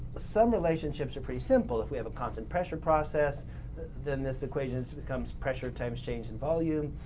some relationships are pretty simple, if we have a constant pressure process then this equation becomes pressure times change in volume.